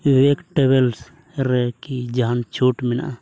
vegetables ᱨᱮᱠᱤ ᱡᱟᱦᱟᱱ ᱪᱷᱩᱴ ᱢᱮᱱᱟᱜᱼᱟ